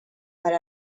per